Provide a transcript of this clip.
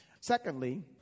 Secondly